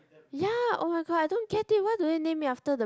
ya oh-my-god I don't get it why do they name it after the